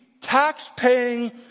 tax-paying